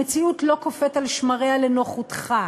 המציאות לא קופאת על שמריה לנוחותך,